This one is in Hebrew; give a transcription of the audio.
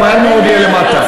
הוא מהר מאוד יהיה למטה.